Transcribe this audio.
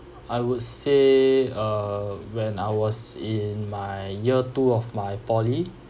I would say uh when I was in my year two of my poly